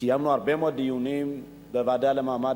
קיימנו הרבה מאוד דיונים בוועדה למעמד